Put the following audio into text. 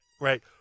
right